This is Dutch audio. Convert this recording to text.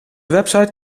website